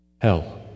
Hell